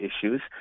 issues